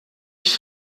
ich